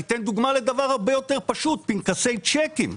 אני אתן דוגמה לדבר הרבה יותר פשוט פנקסי צ'קים.